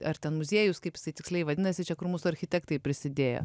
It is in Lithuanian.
ar ten muziejus kaip jisai tiksliai vadinasi čia kur mūsų architektai prisidėję